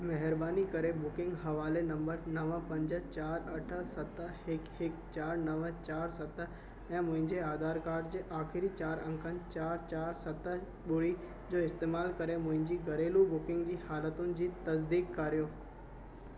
महिरबानी करे बुकिंग हवाले नंबर नव पंज चारि अठ सत हिकु हिकु चारि नव चारि सत ऐं मुंहिंजे आधार कार्ड जे आख़िरी चारि अंगनि चारि चारि सत ॿुड़ी जो इस्तेमालु करे मुंहिंजी घरेलू बुकिंग जी हालतुनि जी तसदीकु कर्यो